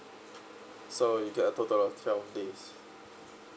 so you get a total of twelve days